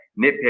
nitpick